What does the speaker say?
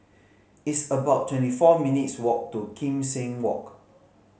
it's about twenty four minutes' walk to Kim Seng Walk